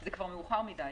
זה כבר מאוחר מדי.